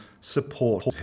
support